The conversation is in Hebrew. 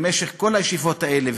במשך כל הישיבות האלה,